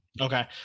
Okay